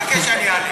חכה שאני אעלה.